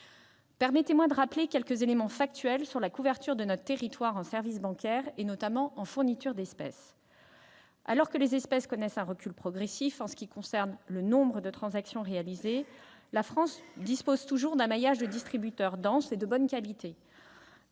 permettez-moi de rappeler quelques éléments factuels sur la couverture de notre territoire en services bancaires, notamment en matière de fourniture d'espèces. Alors que les espèces connaissent un recul progressif sur le plan du nombre de transactions réalisées, la France dispose toujours d'un maillage de distributeurs dense et de bonne qualité,